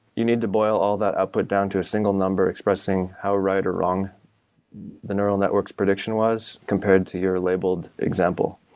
you need to boil all the up or down to a single number expressing how right or wrong the neural networks predication was compared to your labeled example.